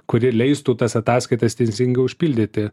kuri leistų tas ataskaitas teisingai užpildyti